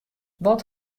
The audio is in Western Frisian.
wat